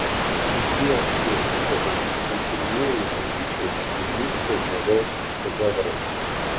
šitie ietigaliai tai pirmieji mažyčiai pirmykščio žmogaus šedevrai